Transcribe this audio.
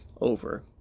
over